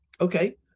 Okay